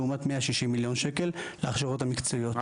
לעומת 160 מיליון שקל להכשרות המקצועיות,